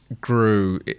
grew